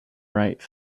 write